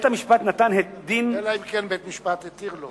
בית-המשפט נתן, אלא אם כן בית-משפט התיר לו.